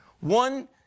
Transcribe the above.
One